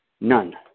None